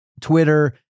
Twitter